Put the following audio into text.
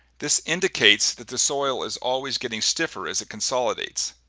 this indicates that the soil is always getting stiffer as it consolidates.